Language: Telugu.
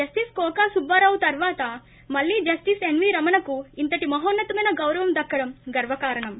జస్టిస్ కోకా సుబ్బారావు తర్వాత మళ్ళీ జస్టిస్ ఎన్ వి రమణకు ఇంతటి మహోన్నతమైన గౌరవం దక్కడం గర్వకారణం